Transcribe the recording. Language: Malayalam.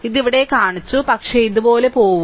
ഇത് ഇവിടെ കാണിച്ചു പക്ഷേ ഇതുപോലെ പോകുക